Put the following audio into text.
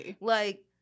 like-